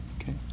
Okay